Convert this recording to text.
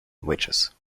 witches